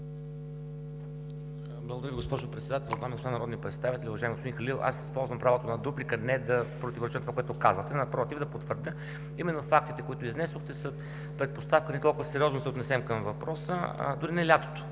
Благодаря, госпожо Председател. Дами и господа народни представители! Уважаеми господин Халил, аз използвам правото на дуплика не да противореча на това, което казахте, а напротив, да потвърдя, че именно фактите, които изнесохте, са предпоставка ние толкова сериозно да се отнесем към въпроса. Дори не лятото,